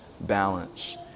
balance